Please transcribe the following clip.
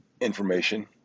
information